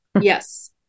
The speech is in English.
Yes